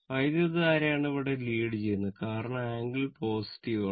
വൈദ്യുതധാരയാണ് ഇവിടെ ലീഡ് ചെയ്യുന്നത് കാരണം ആംഗിൾ പോസിറ്റീവ് ആണ്